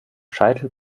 scheitel